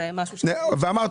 אמרת